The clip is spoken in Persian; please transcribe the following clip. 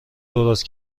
درست